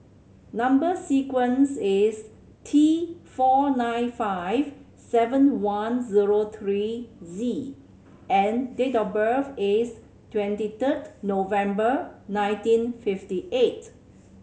number sequence is T four nine five seven one zero three Z and date of birth is twenty third November nineteen fifty eight